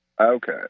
Okay